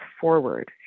forward